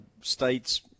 State's